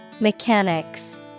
Mechanics